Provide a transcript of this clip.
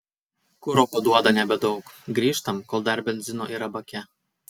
kuro paduoda nebedaug grįžtam kol dar benzino yra bake